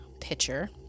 pitcher